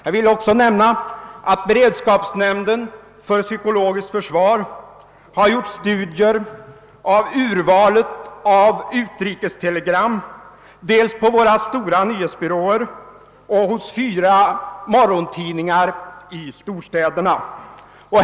Jag vill också nämna att beredskapsnämnden för psykologiskt för svar har gjort studier av urvalet av utrikestelegram, dels på våra stora nyhetsbyråer, dels hos fyra morgontidningar i storstäderna.